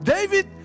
David